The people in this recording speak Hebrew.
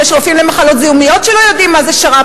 יש רופאים למחלות זיהומיות שלא יודעים מה זה לעשות שר"פ